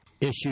issue